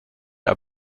are